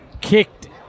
kicked